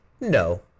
No